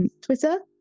Twitter